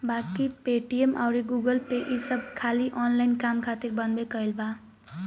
बाकी पेटीएम अउर गूगलपे ई सब खाली ऑनलाइन काम खातिर बनबे कईल बा